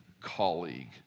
colleague